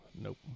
nope